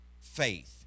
faith